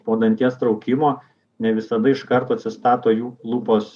po danties traukimo ne visada iš karto atsistato jų lūpos